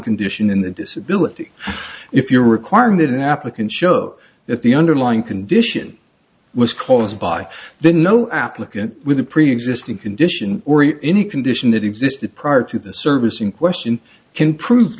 condition in the disability if your requirement an applicant show that the underlying condition was caused by then no applicant with a preexisting condition any condition that existed prior to the service in question can prove